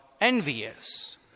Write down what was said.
envious